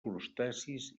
crustacis